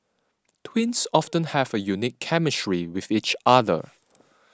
twins often have a unique chemistry with each other